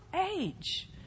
age